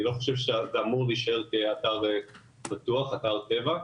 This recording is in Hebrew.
אני לא חושב שזה אמור להישאר כאתר פתוח, אתר טבע,